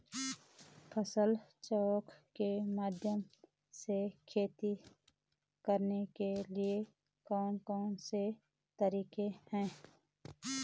फसल चक्र के माध्यम से खेती करने के लिए कौन कौन से तरीके हैं?